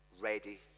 ready